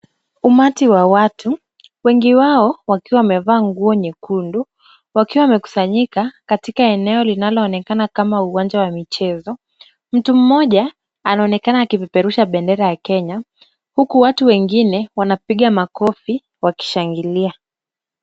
Umati wa watu wengi wao wakiwa wamevaa nguo nyekundu, wakiwa wamekusanyika katika eneo linaloonekana kama uwanja wa michezo. Mtu mmoja anaonekana akipeperusha bendera ya Kenya, huku watu wengine wanapiga makofi wakishangilia.